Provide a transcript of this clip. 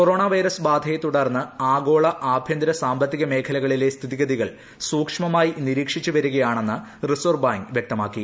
corona virus ബാധയെ തുടർന്ന് ആഗോള ആഭ്യന്തര സാമ്പത്തിക മേഖലകളിലെ സ്ഥിതിഗതികൾ സൂക്ഷ്മമായി നിരീക്ഷിച്ചു വരികയാണെന്ന് റിസർവ് ബാങ്ക് വ്യക്തമാക്കി